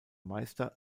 meister